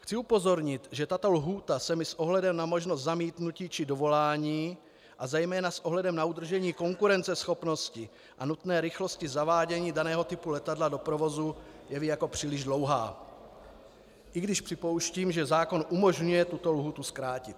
Chci upozornit, že tato lhůta se mi s ohledem na možnost zamítnutí či dovolání a zejména s ohledem na udržení konkurenceschopnosti a nutné rychlosti zavádění daného typu letadla do provozu jeví jako příliš dlouhá, i když připouštím, že zákon umožňuje tuto lhůtu zkrátit.